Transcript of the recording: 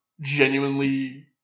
genuinely